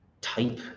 type